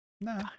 no